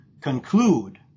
conclude